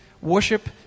Worship